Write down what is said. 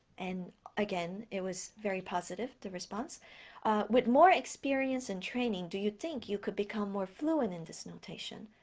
and again it was very positive, the response with more experience and training do you think you could become more fluent in this notation?